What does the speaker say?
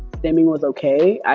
stimming was okay,